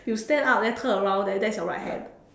you stand up then turn around then that's your right hand